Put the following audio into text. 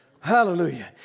Hallelujah